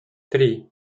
три